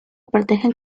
protegen